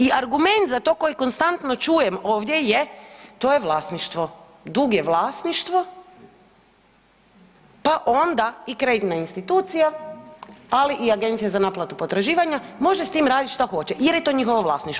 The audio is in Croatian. I argument za to koji konstantno čujem ovdje je to je vlasništvo, dug je vlasništvo pa onda i kreditna institucija, ali i agencija za naplatu potraživanja može s tim raditi šta hoće jer je to njihovo vlasništvo.